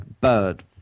bird